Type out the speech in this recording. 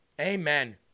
Amen